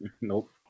Nope